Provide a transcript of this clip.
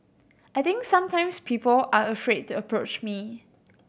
I think sometimes people are afraid to approach me